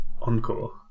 Encore